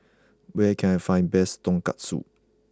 where can I find best Tonkatsu